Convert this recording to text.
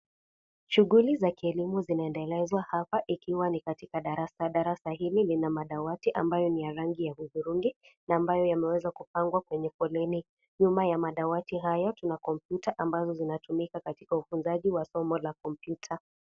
Shughuli za kielimu zinaendelezwa hapa ikiwa katika darasa, darasa hili lina madawati ambayo ni ya rangi ya hudhurungi na ambayo yameweza kupangwa kwenye foleni nyuma ya madawati haya kuna kompyuta ambazo zinatumika katika ufunzaji wa somo la kompyuta.